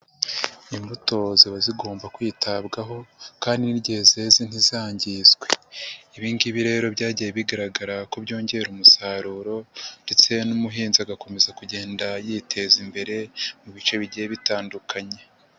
Imbuto ziba zigomba kwitabwaho kandi n'igihe zeze ntizangizwe. Ibi ngibi rero byagiye bigaragara ko byongera umusaruro ndetse n'umuhinzi agakomeza kugenda yiteza imbere mu bice bigiye bitandukanye.